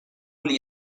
lhe